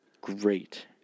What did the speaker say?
great